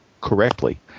correctly